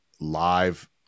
live